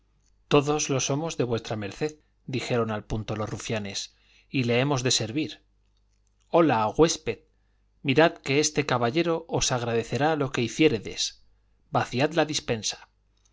todos los somos de v md dijeron al punto los rufianes y le hemos de servir hola güésped mirad que este caballero os agradecerá lo que hiciéredes vaciad la dispensa